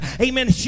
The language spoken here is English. amen